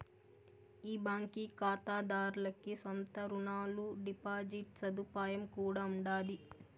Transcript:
ఈ బాంకీ కాతాదార్లకి సొంత రునాలు, డిపాజిట్ సదుపాయం కూడా ఉండాది